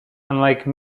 unlike